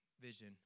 vision